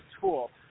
tool